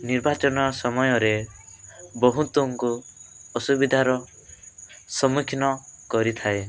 ନିର୍ବାଚନ ସମୟରେ ବହୁତଙ୍କୁ ଅସୁବିଧାର ସମ୍ମୁଖୀନ କରିଥାଏ